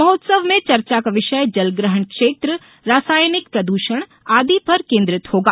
महोत्सव में चर्चा का विषय जलग्रहण क्षेत्र रसायनिक प्रद्षण आदि पर केन्द्रित होगा